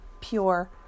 Pure